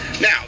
now